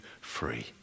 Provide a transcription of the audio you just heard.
free